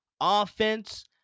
offense